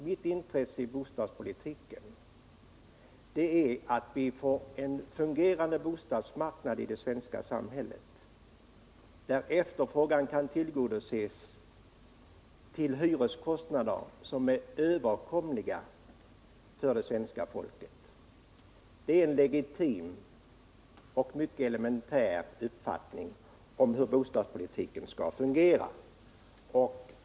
Mitt intresse i bostadspolitiken är att vi skall få en fungerande bostadsmarknad i det svenska samhället, där efterfrågan på bostäder kan tillgodoses till hyreskostnader som är överkom Nr 48 liga för det svenska folket. Det är en legitim och mycket elementär uppfattning om hur bostadspolitiken skall fungera.